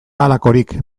halakorik